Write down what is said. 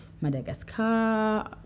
madagascar